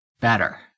better